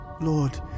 Lord